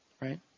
right